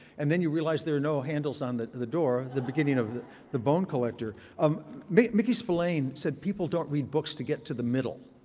and then you realize there are no handles on the the door, the beginning of the bone collector. um i mean mickey spillane said people don't read books to get to the middle.